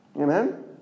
Amen